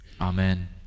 Amen